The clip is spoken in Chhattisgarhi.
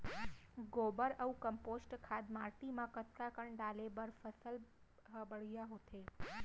गोबर अऊ कम्पोस्ट खाद माटी म कतका कन डाले बर फसल ह बढ़िया होथे?